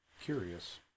curious